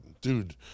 Dude